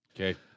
Okay